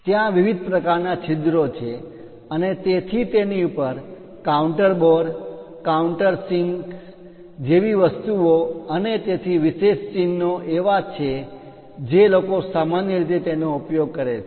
ત્યાં વિવિધ પ્રકારના છિદ્રો છે અને તેથી તેની પર કાઉન્ટર બોર કાઉન્ટરસિંક્સ જેવી વસ્તુઓ અને તેથી વિશેષ ચિહ્નો એવા છે જે લોકો સામાન્ય રીતે તેનો ઉપયોગ કરે છે